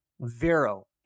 Vero